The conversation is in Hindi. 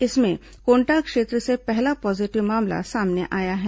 इसमें कोंटा क्षेत्र से पहला पॉजीटिव मामला सामने आया है